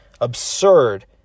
absurd